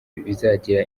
bizagira